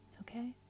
Okay